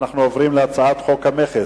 ואנחנו עוברים להצעת חוק המכס,